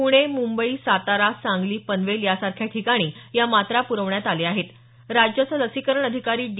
पुणे मुंबई सातारा सांगली पनवेल यासारख्या ठिकाणी या मात्रा पुरवण्यात आल्या आहेत राज्याचे लसीकरण अधिकारी डी